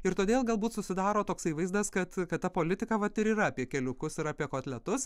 ir todėl galbūt susidaro toksai vaizdas kad kad ta politika vat ir yra apie keliukus ir apie kotletus